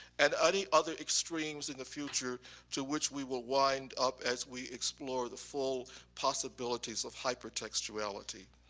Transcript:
and any other extremes in the future to which we will wind up as we explore the full possibilities of hypertextuality.